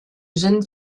jeune